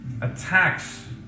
attacks